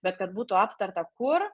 bet kad būtų aptarta kur